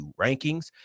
rankings